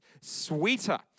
sweeter